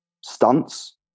stunts